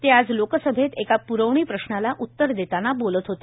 ते आज लोकसभेत एका पुरवणी प्रश्नाला उत्तर देताना बोलत होते